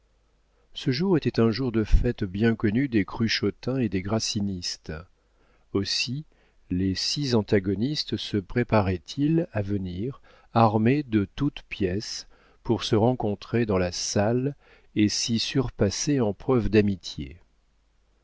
ce jour était un jour de fête bien connu des cruchotins et des grassinistes aussi les six antagonistes se préparaient ils à venir armés de toutes pièces pour se rencontrer dans la salle et s'y surpasser en preuves d'amitié